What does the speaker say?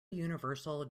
universal